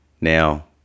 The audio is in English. Now